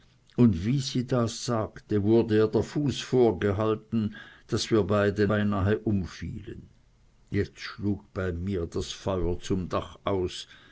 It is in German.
und wie sie das sagte wurde ihr der fuß vorgehalten daß wir beide beinahe umfielen jetzt schlug bei mir das feuer zum dach aus